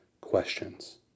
questions